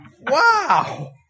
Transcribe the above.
Wow